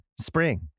Spring